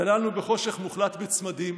צללנו בחושך מוחלט בצמדים,